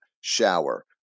shower